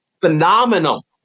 phenomenal